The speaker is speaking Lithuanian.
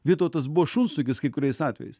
vytautas buvo šunsnukis kai kuriais atvejais